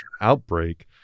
outbreak